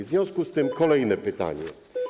W związku z tym koleje pytanie.